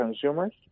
consumers